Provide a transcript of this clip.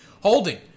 Holding